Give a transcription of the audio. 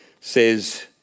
Says